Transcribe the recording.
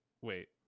Wait